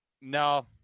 No